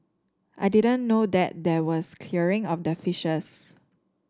I didn't know that there was clearing of the fishes